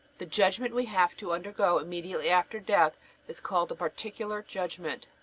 the judgment we have to undergo immediately after death is called the particular judgment.